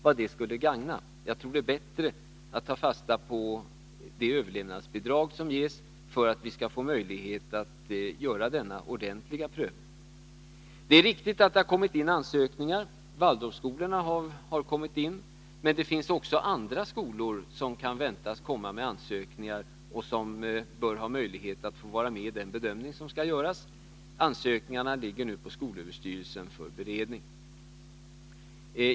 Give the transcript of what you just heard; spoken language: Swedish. Jag tror att det är bättre ta fasta på det överlevnadsbidrag som ges, för att vi skall få möjlighet att göra denna ordentliga prövning. Det är riktigt att det har kommit in ansökningar. Från Waldorfskolorna har ansökningar inkommit, men det finns också andra skolor som kan väntas komma med ansökningar och som bör ha möjlighet att få vara med i den bedömning som skall göras. Ansökningarna ligger nu hos skolöverstyrelsen för beredning.